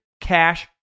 cash